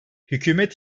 hükümet